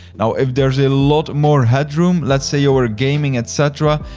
now if there's a lot more head room, let's say you were gaming, et cetera,